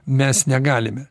mes negalime